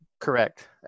Correct